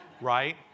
Right